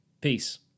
Peace